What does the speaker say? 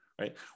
right